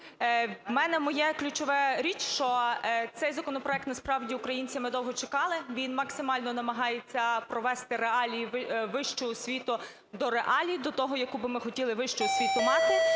У мене моя ключова річ, що цей законопроект, насправді, українці довго чекали, він максимально намагається провести реалії в вищу освіту до реалій, до того, яку би ми хотіли вищу освіту мати,